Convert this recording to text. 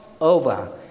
over